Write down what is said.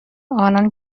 آنان